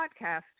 podcast